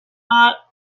not